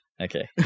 Okay